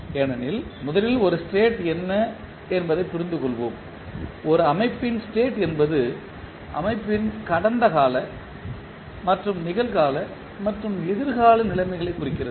ஏனெனில் முதலில் ஒரு ஸ்டேட் என்ன என்பதைப் புரிந்துகொள்வோம் ஒரு அமைப்பின் ஸ்டேட் என்பது அமைப்பின் கடந்த கால மற்றும் நிகழ்கால மற்றும் எதிர்கால நிலைமைகளைக் குறிக்கிறது